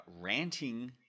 ranting